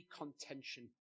contention